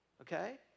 okay